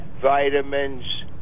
vitamins